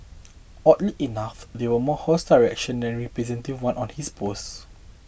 oddly enough there were more hostile reactions receptive ones on his post